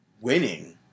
winning